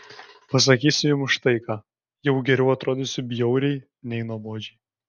pasakysiu jums štai ką jau geriau atrodysiu bjauriai nei nuobodžiai